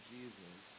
Jesus